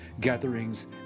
gatherings